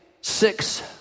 six